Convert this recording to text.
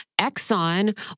Exxon